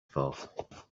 thought